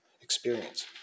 experience